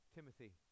Timothy